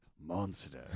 monster